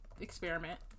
Experiment